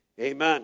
Amen